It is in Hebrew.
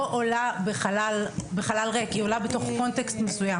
עולה בחלל ריק אלא היא עולה בתוך קונטקסט מסוים